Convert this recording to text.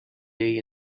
day